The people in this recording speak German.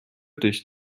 durch